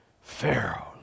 Pharaoh